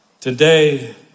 Today